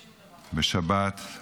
בשבת,